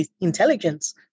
intelligence